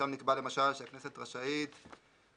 שם נקבע שהכנסת רשאית בהחלטה,